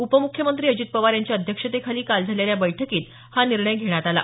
उपम्ख्यमंत्री अजित पवार यांच्या अध्यक्षतेखाली काल झालेल्या बैठकीत हा निर्णय घेण्यात आला